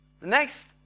next